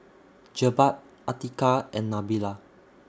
Jebat Atiqah and Nabila